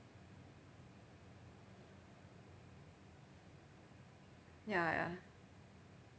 ya ya